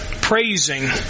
praising